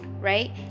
right